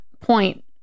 point